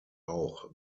auch